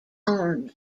army